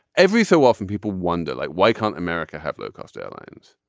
every so often people wonder like why can't america have low cost airlines.